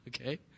okay